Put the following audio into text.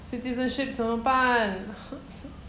citizenship 怎么办